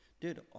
dude